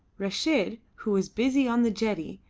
reshid, who was busy on the jetty,